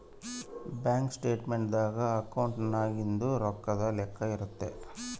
bank statement ದಾಗ ಅಕೌಂಟ್ನಾಗಿಂದು ರೊಕ್ಕದ್ ಲೆಕ್ಕ ಇರುತ್ತ